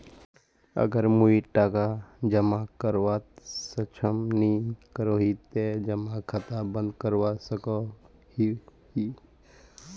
अगर मुई टका जमा करवात सक्षम नी करोही ते जमा खाता बंद करवा सकोहो ही?